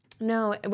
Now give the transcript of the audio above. No